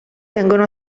tengono